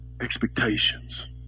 Expectations